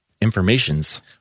informations